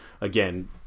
Again